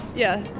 yeah.